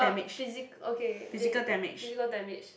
uh physic okay they they physical damage